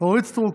אורית סטרוק.